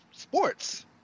sports